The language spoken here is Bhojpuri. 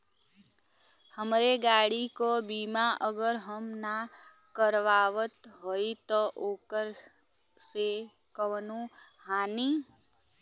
हमरे गाड़ी क बीमा अगर हम ना करावत हई त ओकर से कवनों हानि?